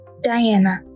Diana